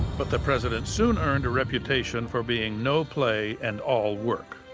but the president soon earned a reputation for being no play and all work.